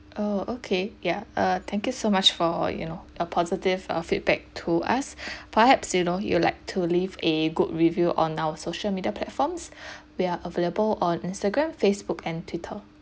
oh okay ya uh thank you so much for you know your positive (err feedback to us perhaps you know you'd like to leave a good review on our social media platforms we are available on instagram facebook and twitter